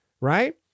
Right